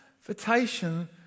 invitation